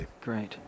Great